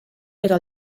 era